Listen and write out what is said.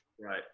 Right